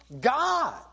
God